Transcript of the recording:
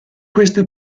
queste